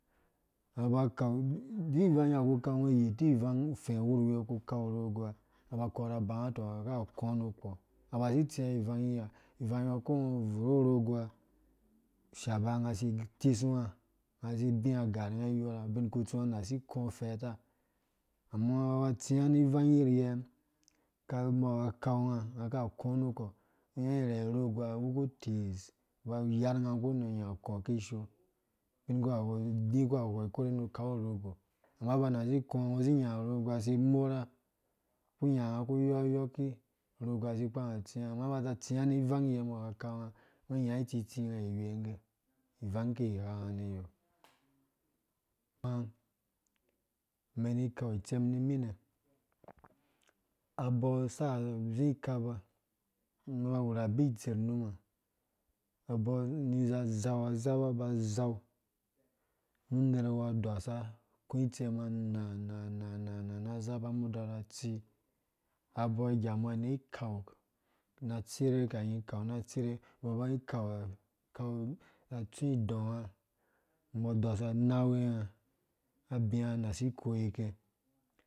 Aba akam duk ivang yiha ungo kukan, uyitu ufɛ wurwi ungo kukau urogoa unga ba akora abanga tɔ ka kɔ mukpɔ aba si itsi a ivang yiha ivangyɔɔ ko ungo wuru urogoa u shaba nunga si itisunga unga si ibi agrunga iyora ubinkutsu unga nasi ikɔ afɛɛta ama aba atsia ni ivang yiryɛ ka, umbɔ ka akau unga, unga ka kɔ nu kɔ, ungo unya unga ka kɔ mu kɔ, ungo unys irhee urogo a awu kutis, aba ayar unga kpur na nyá akɔɔ kishoo, bin ku ha akpɔ ungo uku ikore nu ukau ha kpɔungɔ uku ikore nu ukau urogo, ɛma nuya unga ba nasi ikø, ungo inya uvogoa. si imorha, kpuru nuya hunga kuyɔyɔki urogo a si ikpang atsia ama abaza atsia ni ivangye umbɔ aka akau unga ungo inya itsitsi iwwengge ivang ki ighanga nyɔ umɛn ni ikau itsem niminɛ abɔɔ sa azi ikaba, ngɔ uba uwura abitser imuma, abɔɔni zo azau azauba aku itserma ana na nona naazaba umbɔ adɔrha atsii abɔɔ ni ikau na atsire kanyina. kan na. tsire tumbɔ ba akau akau atsu idɔɔ umbĩ a nasi ikoike